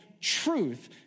truth